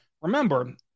remember